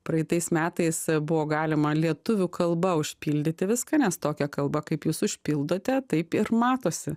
praeitais metais a buvo galima lietuvių kalba užpildyti viską nes tokia kalba kaip jūs užpildote taip ir matosi